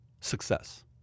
success